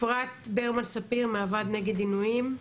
אפרת ברמן ספיר מהוועד נגד עינויים.